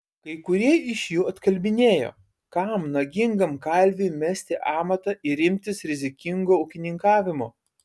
kai kurie iš jų atkalbinėjo kam nagingam kalviui mesti amatą ir imtis rizikingo ūkininkavimo